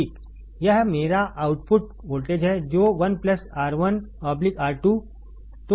यह मेरा output voltage है जो 1 R2 R1